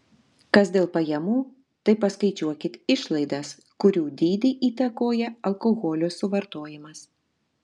kas dėl pajamų tai paskaičiuokit išlaidas kurių dydį įtakoja alkoholio suvartojimas